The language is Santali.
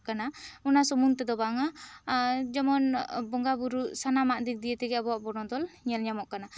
ᱚᱱᱟ ᱥᱩᱢᱩᱝ ᱛᱮᱫᱚ ᱵᱟᱝᱼᱟ ᱟᱨ ᱡᱮᱢᱚᱱ ᱵᱚᱸᱜᱟ ᱵᱳᱨᱳ ᱥᱟᱱᱟᱢ ᱟᱜ ᱫᱤᱜ ᱫᱤᱭᱮ ᱛᱮᱜᱮ ᱟᱵᱚᱣᱟ ᱵᱚᱱᱚᱫᱚᱞ ᱧᱮᱞ ᱧᱟᱢᱚᱜ ᱠᱟᱱᱟ